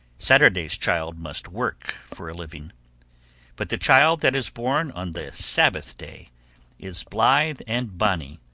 saturday's child must work for a living but the child that is born on the sabbath day is blithe and bonny,